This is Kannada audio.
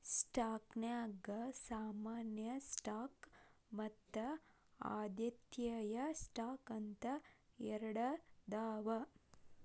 ಸ್ಟಾಕ್ನ್ಯಾಗ ಸಾಮಾನ್ಯ ಸ್ಟಾಕ್ ಮತ್ತ ಆದ್ಯತೆಯ ಸ್ಟಾಕ್ ಅಂತ ಎರಡದಾವ